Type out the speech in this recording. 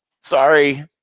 Sorry